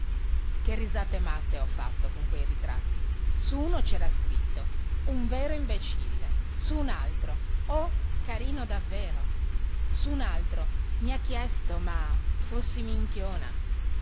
che risate matte ho fatto con quei ritratti su uno c'era scritto un vero imbecille su un altro oh carino davvero su un altro i ha chiesto ma fossi minchiona